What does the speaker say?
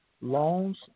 loans